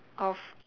of